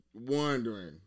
wondering